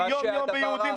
אם אין לנו מצב מיוחד בעורף,